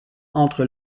entre